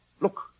Look